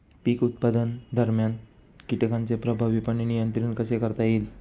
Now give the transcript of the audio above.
पीक उत्पादनादरम्यान कीटकांचे प्रभावीपणे नियंत्रण कसे करता येईल?